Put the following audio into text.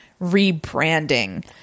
rebranding